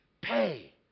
pay